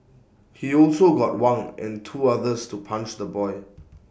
he also got Wang and two others to punch the boy